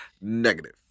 Negative